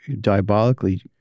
diabolically